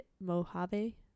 Mojave